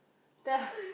tell